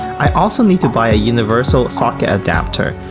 i also need to buy a universal socket adapter,